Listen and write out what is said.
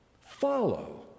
follow